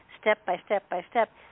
step-by-step-by-step